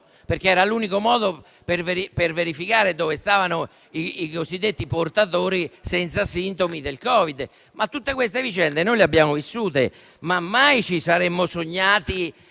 perché era l'unico modo per verificare dove stavano i cosiddetti portatori senza sintomi del Covid. Tutte queste vicende noi le abbiamo vissute, ma mai ci saremmo sognati